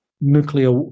nuclear